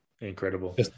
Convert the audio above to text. Incredible